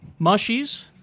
Mushies